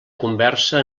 conversa